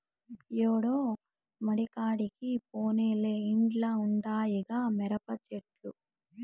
యాడో మడికాడికి పోనేలే ఇంట్ల ఉండాయిగా మిరపచెట్లు